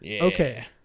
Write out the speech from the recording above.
Okay